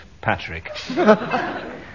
Patrick